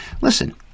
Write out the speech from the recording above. listen